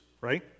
Right